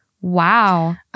Wow